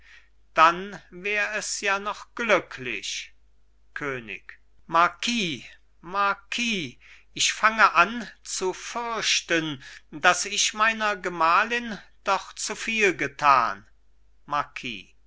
dann wär es ja noch glücklich könig marquis marquis ich fange an zu fürchten daß ich meiner gemahlin doch zuviel getan